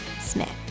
Smith